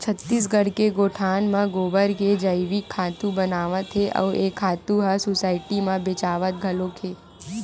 छत्तीसगढ़ के गोठान म गोबर के जइविक खातू बनावत हे अउ ए खातू ह सुसायटी म बेचावत घलोक हे